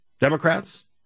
Democrats